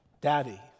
Daddy